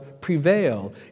prevail